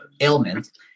ailment